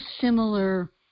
similar